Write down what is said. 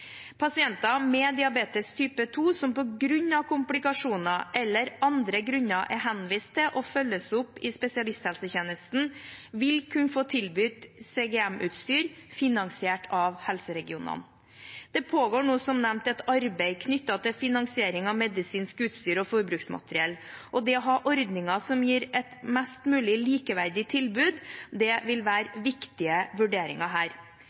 Pasienter med diabetes type 2 som på grunn av komplikasjoner eller av andre grunner er henvist til og følges opp i spesialisthelsetjenesten, vil kunne få tilbudt CGM-utstyr finansiert av helseregionene. Det pågår nå som nevnt et arbeid knyttet til finansiering av medisinsk utstyr og forbruksmateriell, og det å ha ordninger som gir et mest mulig likeverdig tilbud, vil være viktige vurderingspunkter her.